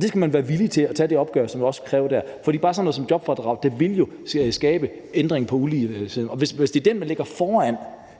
der, skal man være villig til at tage. For bare sådan noget som jobfradraget vil jo skabe en ændring på uligesiden, og hvis det er den, man lægger foran